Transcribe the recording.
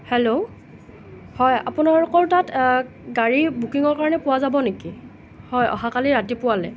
hello হয় আপোনালোকৰ তাত গাড়ীৰ বুকিঙৰ কাৰণে পোৱা যাব নেকি হয় অহাকালি ৰাতিপুৱালৈ